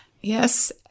Yes